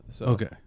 Okay